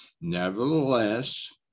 Nevertheless